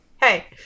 Hey